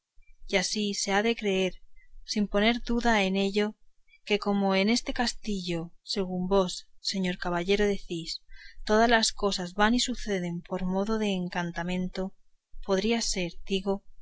y así se ha de creer sin poner duda en ello que como en este castillo según vos señor caballero decís todas las cosas van y suceden por modo de encantamento podría ser digo